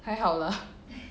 还好 lah